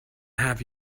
have